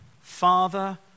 father